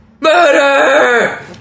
MURDER